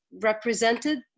represented